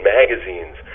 magazines